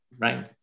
right